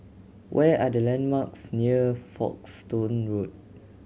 where are the landmarks near Folkestone Road